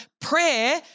prayer